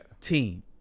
team